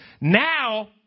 Now